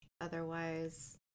Otherwise